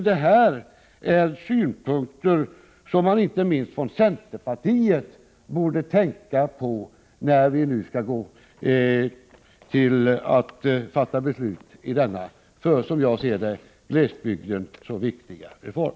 Det här är synpunkter som inte minst centerpartiet borde tänka på när vi nu skall fatta beslut om denna, som jag ser det, för glesbygden så viktiga reform.